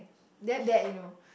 that bad you know